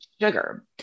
sugar